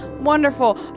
Wonderful